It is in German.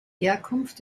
herkunft